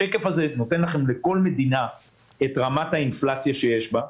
השקף הזה מראה לכם לגבי כל מדינה את רמת האינפלציה שיש בה.